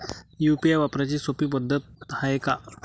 UPI वापराची सोपी पद्धत हाय का?